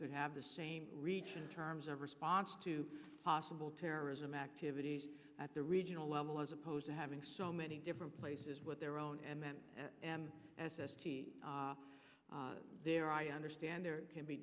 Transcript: could have the same reach in terms of response to possible terrorism activities at the regional level as opposed to having so many different places with their own and then an s s d there i understand there can be